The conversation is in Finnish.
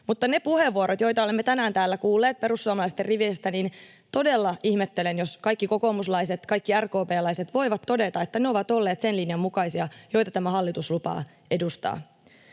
Mutta ne puheenvuorot, joita olemme tänään täällä kuulleet perussuomalaisten riveistä: todella ihmettelen, jos kaikki kokoomuslaiset, kaikki RKP:läiset voivat todeta, että ne ovat olleet sen linjan mukaisia, joita tämä hallitus lupaa edustaa.